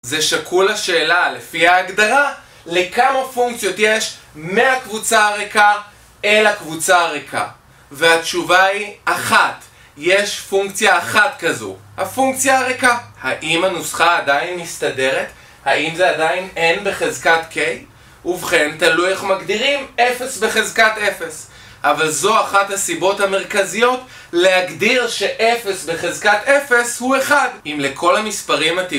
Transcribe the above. זה שקול השאלה לפי ההגדרה, לכמה פונקציות יש מהקבוצה הריקה אל הקבוצה הריקה והתשובה היא אחת, יש פונקציה אחת כזו, הפונקציה הריקה. האם הנוסחה עדיין מסתדרת? האם זה עדיין N בחזקת K? ובכן תלוי איך מגדירים 0 בחזקת 0 אבל זו אחת הסיבות המרכזיות להגדיר ש-0 בחזקת 0 הוא 1 אם לכל המספרים הטבעים